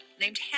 named